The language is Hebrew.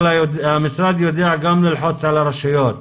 אבל המשרד יודע גם ללחוץ על הרשויות,